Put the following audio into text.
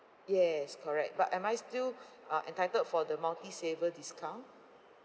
yes correct but am I still uh entitled for the multi saver discount